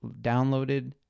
downloaded